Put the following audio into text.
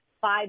five